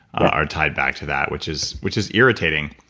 are tied back to that, which is which is irritating.